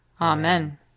Amen